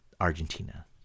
Argentina